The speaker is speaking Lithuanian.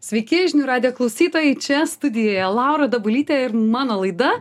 sveiki žinių radijo klausytojai čia studijoje laura dabulytė ir mano laida